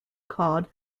called